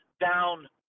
down